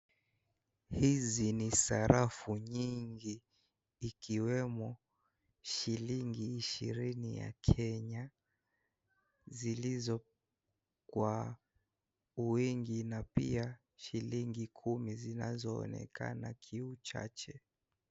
Hizi ni sarafu nyingi ikiwemo shilingi ishirini ya kenya zilizo kwa uwingi na pia shilingi kumi zinazoonekana kiuchache.